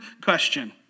question